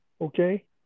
Okay